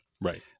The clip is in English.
Right